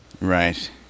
Right